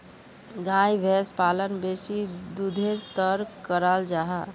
गाय भैंस पालन बेसी दुधेर तंर कराल जाहा